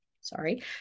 sorry